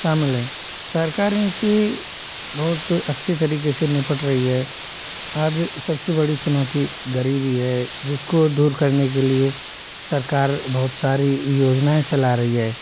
शामिल है सरकार इन सी बहुत अच्छे तरीके से निपट रही है आज सबसे बड़ी चुनौती गरीबी है जिसको दूर करने के लिए सरकार बहुत सारी योजनाएँ चला रही है